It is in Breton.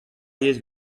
yezh